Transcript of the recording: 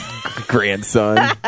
grandson